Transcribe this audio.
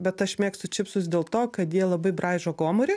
bet aš mėgstu čipsus dėl to kad jie labai braižo gomurį